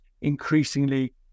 increasingly